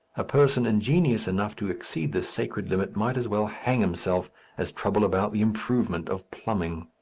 a person ingenious enough to exceed this sacred limit might as well hang himself as trouble about the improvement of plumbing.